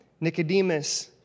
Nicodemus